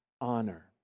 honor